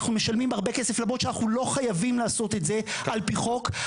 אנחנו משלמים הרבה כסף למרות שאנחנו לא חייבים לעשות את זה על פי חוק.